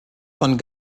von